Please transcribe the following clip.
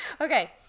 Okay